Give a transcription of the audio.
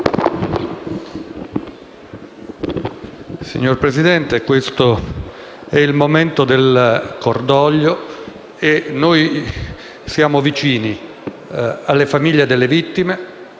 Signor Presidente, questo è il momento del cordoglio e noi siamo vicini alle famiglie delle vittime